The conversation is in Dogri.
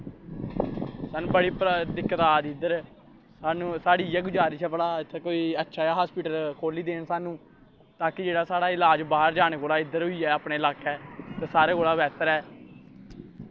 ते सानूं बड़ी दिक्कत आ दी इद्धर सानूं साढ़ी इ'यै गजारिश ऐ भला इत्थें कोई अच्छा देआ हॉस्पिटल खोह्ल्ली देन सानूं तांकि जेह्ड़ा इलाज बाह्र जाने कोला इद्धर होई जा' अपने लाकै ते सारें कोला बेह्तर ऐ